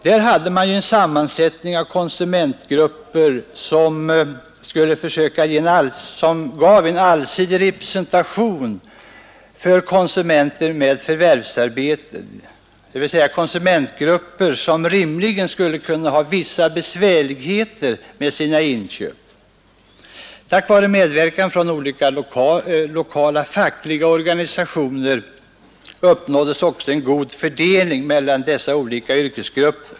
Där hade man en sammansättning av konsumentgrupper, som utgjorde en allsidig representation för konsumenter med förvärvsarbete, dvs. konsumentgrupper, som rimligen skulle kunna ha vissa besvärligheter med sina inköp. Tack vare medverkan från vissa lokala fackliga organisationer uppnåddes också en god fördelning mellan dessa olika yrkesgrupper.